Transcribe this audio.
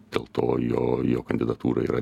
dėl to jo jo kandidatūra yra